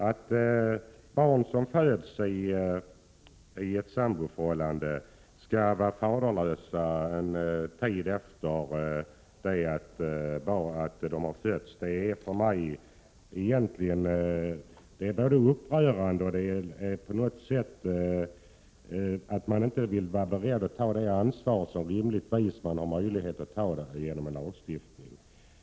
Att barn som föds i ett samboförhållande skall vara faderlösa en tid efter födelsen är för mig både upprörande och på något sätt ett tecken på att man inte är beredd att ta det ansvar som man har möjlighet att ta genom en lagstiftning.